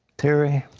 terry?